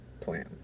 plan